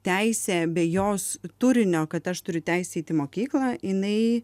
teisė be jos turinio kad aš turiu teisę eit į mokyklą jinai